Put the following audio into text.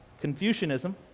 Confucianism